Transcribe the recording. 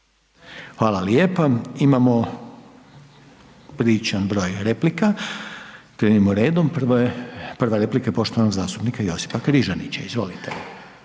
Hvala lijepa. Imamo priličan broj replika, krenimo redom. Prva replika je poštovanog zastupnika Josipa Križanića. Izvolite.